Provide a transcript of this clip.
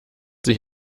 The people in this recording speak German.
sich